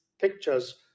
pictures